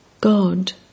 God